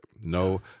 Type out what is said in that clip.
No